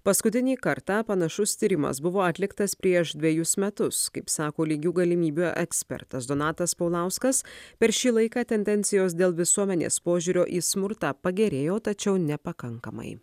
paskutinį kartą panašus tyrimas buvo atliktas prieš dvejus metus kaip sako lygių galimybių ekspertas donatas paulauskas per šį laiką tendencijos dėl visuomenės požiūrio į smurtą pagerėjo tačiau nepakankamai